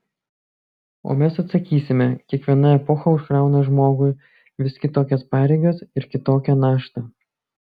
o mes atsakysime kiekviena epocha užkrauna žmogui vis kitokias pareigas ir kitokią naštą